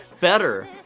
better